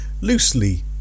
loosely